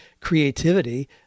creativity